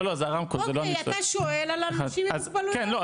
אוקיי, אתה שואל על אנשים עם מוגבלויות.